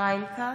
ישראל כץ,